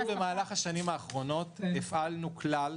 במהלך השנים האחרונות הפעלנו כלל,